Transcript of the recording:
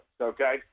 okay